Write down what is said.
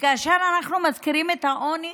כאשר אנחנו מזכירים את העוני,